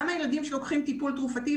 גם הילדים שלוקחים טיפול תרופתי,